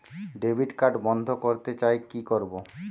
Debit card বন্ধ করতে চাই কি করব?